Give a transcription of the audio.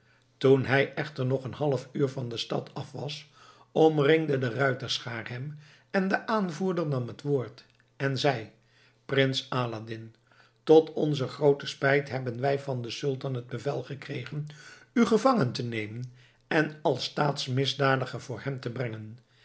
toen hij echter nog een half uur van de stad af was omringde de ruiterschaar hem en de aanvoerder nam het woord en zei prins aladdin tot onzen grooten spijt hebben wij van den sultan het bevel gekregen u gevangen te nemen en als staatsmisdadiger voor hem te brengen